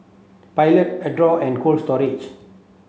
Pilot Adore and Cold Storage